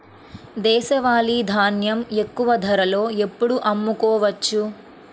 దేశవాలి ధాన్యం ఎక్కువ ధరలో ఎప్పుడు అమ్ముకోవచ్చు?